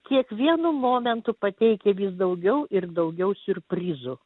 kiekvienu momentu pateikia vis daugiau ir daugiau siurprizų